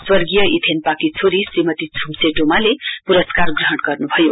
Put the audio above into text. स्वगीर्य इथेन्पाकी छोरी श्रीमती छुम्से डोमाले पुरस्कार ग्रहण गर्नुभयो